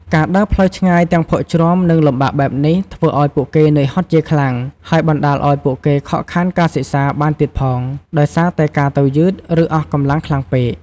ការដើរផ្លូវឆ្ងាយទាំងភក់ជ្រាំ និងលំបាកបែបនេះ ធ្វើឱ្យពួកគេនឿយហត់ជាខ្លាំង ហើយបណ្ដាលឱ្យពួកគេខកខានការសិក្សាបានទៀតផង ដោយសារតែការទៅយឺត ឬអស់កម្លាំងខ្លាំងពេក។